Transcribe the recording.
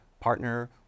partner